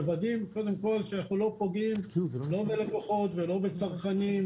אנחנו מוודאים קודם כל שאנחנו לא פוגעים לא בלקוחות ולא בצרכנים,